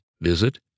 visit